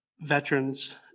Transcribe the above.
veterans